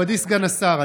מכובדי סגן השר,